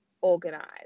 organized